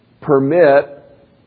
permit